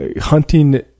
hunting